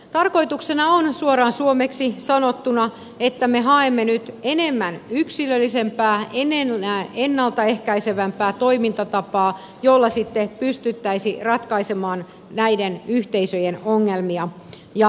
tarkoituksena on suoraan suomeksi sanottuna että me haemme nyt enemmän yksilöllisempää ennalta ehkäisevämpää toimintatapaa jolla sitten pystyttäisiin ratkaisemaan näiden yhteisöjen ongelmia jatkossa